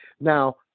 Now